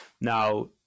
Now